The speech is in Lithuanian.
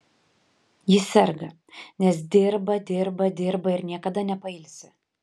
ji serga nes dirba dirba dirba ir niekada nepailsi